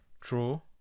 True